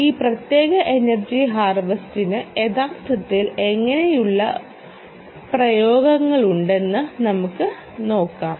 ഈ പ്രത്യേക എനർജി ഹാർവെസ്റ്റിന് യഥാർത്ഥത്തിൽ എങ്ങനെയുള്ള പ്രയോഗങ്ങളുണ്ടെന്ന് നമുക്ക് നോക്കാം